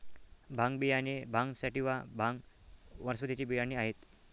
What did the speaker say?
भांग बियाणे भांग सॅटिवा, भांग वनस्पतीचे बियाणे आहेत